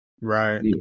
Right